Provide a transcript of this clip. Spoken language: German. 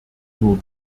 nur